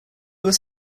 was